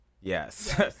yes